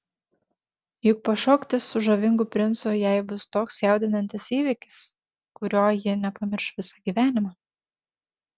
juk pašokti su žavingu princu jai bus toks jaudinantis įvykis kurio ji nepamirš visą gyvenimą